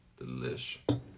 Delish